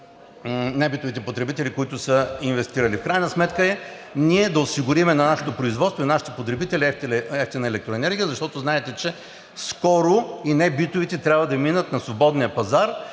небитовите потребители, които са инвестирали. В крайна сметка ние да осигурим на нашето производство и нашите потребители евтина електроенергия, защото знаете, че скоро и небитовите трябва да минат на свободния пазар,